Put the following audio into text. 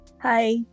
Hi